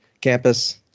campus